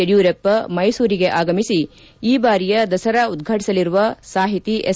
ಯಡಿಯೂರಪ್ಪ ಮೈಸೂರಿಗೆ ಆಗಮಿಸಿ ಈ ಬಾರಿಯ ದಸರಾ ಉದ್ಘಾಟಿಸಲಿರುವ ಸಾಹಿತಿ ಎಸ್